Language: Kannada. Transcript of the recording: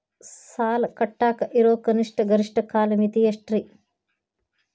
ಸಾಲ ಕಟ್ಟಾಕ ಇರೋ ಕನಿಷ್ಟ, ಗರಿಷ್ಠ ಕಾಲಮಿತಿ ಎಷ್ಟ್ರಿ?